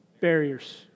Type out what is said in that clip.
Barriers